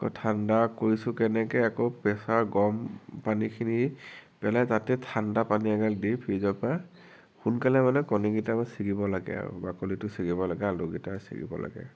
আকৌ ঠাণ্ডা কৰিছোঁ কেনেকে আক' প্ৰেছাৰ গৰম পানীখিনি পেলাই তাতে ঠাণ্ডা পানী এগাল দি ফ্ৰীজৰ পৰা সোনকালে মানে কণীকিটা ছিগিব লাগে বাকলিটো ছিগিব লাগে আলোগিটা ছিগিব লাগে